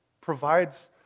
provides